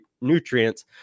nutrients